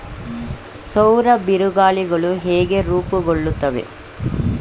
ಸೌರ ಬಿರುಗಾಳಿಗಳು ಹೇಗೆ ರೂಪುಗೊಳ್ಳುತ್ತವೆ?